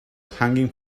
hanging